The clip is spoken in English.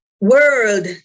world